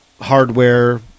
hardware